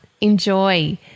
enjoy